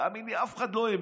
תאמין לי, אף אחד לא האמין.